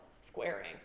squaring